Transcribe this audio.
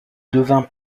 devint